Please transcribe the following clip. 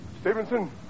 Stevenson